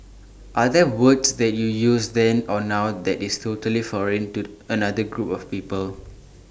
are there words that you use then or now that is totally foreign to another group of people